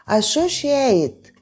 associate